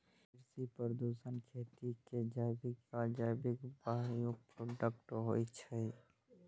कृषि प्रदूषण खेती के जैविक आ अजैविक बाइप्रोडक्ट होइ छै